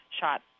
shot